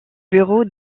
bureau